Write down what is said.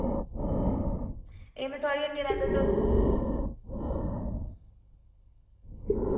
एह् में थुआढ़ी हट्टिया लैता तुस